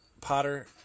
Potter